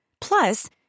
Plus